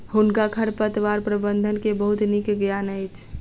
हुनका खरपतवार प्रबंधन के बहुत नीक ज्ञान अछि